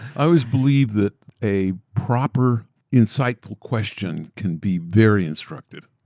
always believed that a proper insightful question can be very instructive.